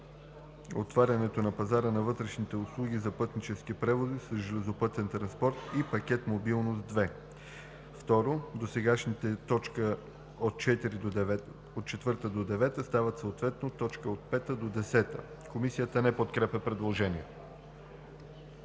отварянето на пазара на вътрешни услуги за пътнически превози с железопътен транспорт и Пакет Мобилност 2;“. 2. Досегашните т. 4 – 9 стават съответно т. 5 – 10.“ Комисията не подкрепя предложението.